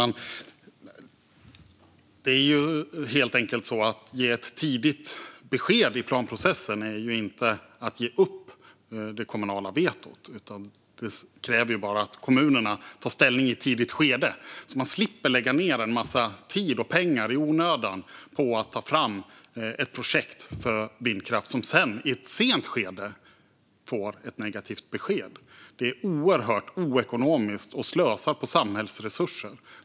Fru talman! Det är helt enkelt så här: Att ge ett tidigt besked i planprocessen är inte att ge upp det kommunala vetot. Det kräver bara att kommunerna tar ställning i ett tidigt skede så att man slipper lägga ned en massa tid och pengar i onödan på att ta fram ett projekt för vindkraft för att sedan, i ett sent skede, få ett negativt besked. Det är oerhört oekonomiskt, och det slösar med samhällsresurser.